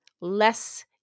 less